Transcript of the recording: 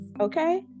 okay